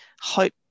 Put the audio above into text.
hope